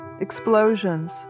explosions